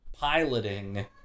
Piloting